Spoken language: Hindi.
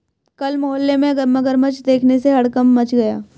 कल मोहल्ले में मगरमच्छ देखने से हड़कंप मच गया